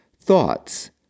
Thoughts